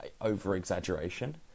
over-exaggeration